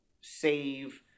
save